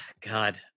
god